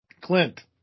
Clint